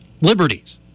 liberties